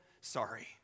sorry